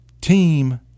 team